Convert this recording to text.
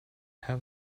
have